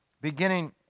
Beginning